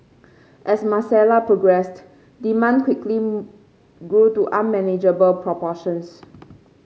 as Marcella progressed demand quickly grew to unmanageable proportions